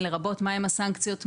מהן הסנקציות,